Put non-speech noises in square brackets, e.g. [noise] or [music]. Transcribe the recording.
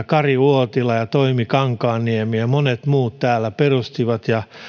[unintelligible] kari uotila ja toimi kankaanniemi ja monet muut täällä perustivat ja